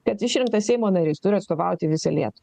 kad išrinktas seimo narys turi atstovauti visą lietuvą